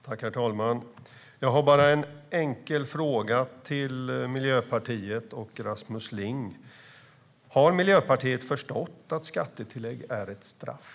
Herr talman! Jag har en enkel fråga till Miljöpartiet och Rasmus Ling. Har Miljöpartiet förstått att skattetillägg är ett straff?